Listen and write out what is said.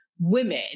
women